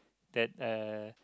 that uh